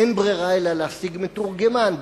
אין ברירה אלא להשיג מתורגמן,